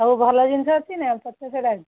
ଆଉ ଭଲ ଜିନିଷ ଅଛି ନା ଆଉ ପଚା ସଢ଼ା ଅଛି